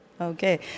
Okay